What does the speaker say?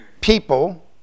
people